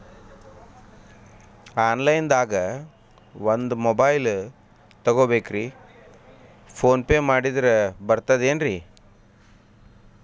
Online ದಾಗ ಒಂದ್ mobile ತಗೋಬೇಕ್ರಿ ಫೋನ್ ಪೇ ಮಾಡಿದ್ರ ಬರ್ತಾದೇನ್ರಿ?